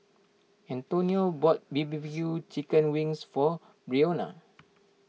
Antonio bought B B Q Chicken Wings for Breonna